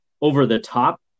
over-the-top